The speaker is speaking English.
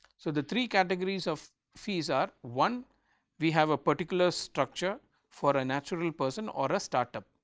so, the three categories of fees are one we have a particular structure for a natural person or a start-up.